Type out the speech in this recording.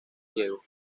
diego